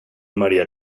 maría